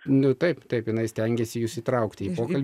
nu taip taip jinai stengiasi jus įtraukti į pokalbį